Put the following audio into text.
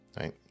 Right